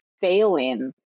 failing